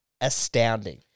astounding